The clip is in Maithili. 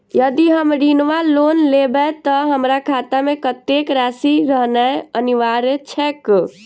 यदि हम ऋण वा लोन लेबै तऽ हमरा खाता मे कत्तेक राशि रहनैय अनिवार्य छैक?